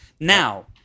Now